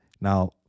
Now